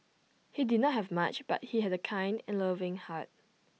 he did not have much but he had A kind and loving heart